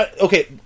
okay